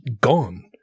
gone